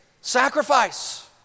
sacrifice